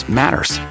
matters